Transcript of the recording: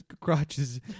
crotches